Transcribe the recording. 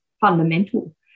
fundamental